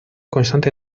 constante